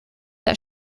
that